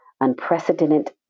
unprecedented